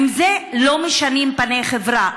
עם זה לא משנים פני חברה,